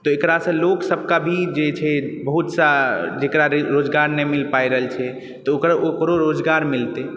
तऽ एकरासँ लोकसभके भी जे छै बहुत सा जेकरा रोजगार नहि मील पाबि रहल छै ओकरो रोजगार मिलतय